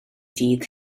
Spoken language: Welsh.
dydd